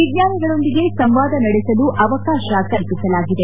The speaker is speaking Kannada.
ವಿಜ್ವಾನಿಗಳೊಂದಿಗೆ ಸಂವಾದ ನಡೆಸಲು ಅವಕಾಶ ಕಲ್ಪಿಸಲಾಗಿದೆ